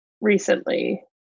recently